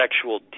sexual